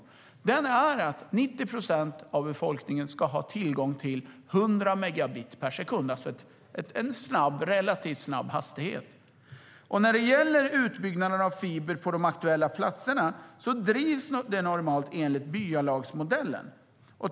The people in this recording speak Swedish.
Målet är att 90 procent av befolkningen ska ha tillgång till 100 megabit per sekund. Det är alltså en relativt snabb hastighet. Utbyggnaden av fiber på de aktuella platserna drivs normalt enligt byalagsmodellen.